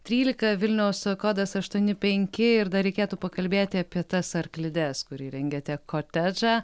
trylika vilniaus kodas aštuoni penki ir dar reikėtų pakalbėti apie tas arklides kur įrengėte kotedžą